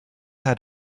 had